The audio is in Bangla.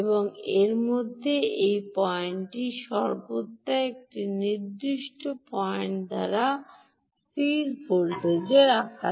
এবং এর মাধ্যমে এই পয়েন্টটি সর্বদা একটি নির্দিষ্ট পয়েন্টের স্থির ভোল্টেজে রাখি